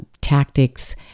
tactics